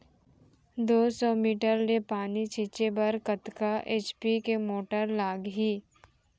दो सौ मीटर ले पानी छिंचे बर कतका एच.पी के मोटर लागही?